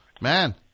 man